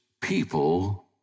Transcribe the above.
people